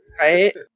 Right